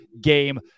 game